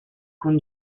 con